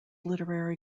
literary